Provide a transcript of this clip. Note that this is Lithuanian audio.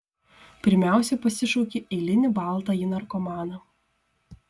pirmiausia pasišauki eilinį baltąjį narkomaną